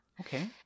Okay